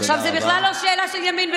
זה לדעת לא רק להנהיג,